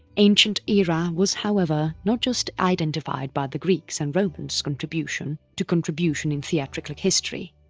ancient era was however, not just identified by the greeks' and romans' contribution to contribution in theatrical history.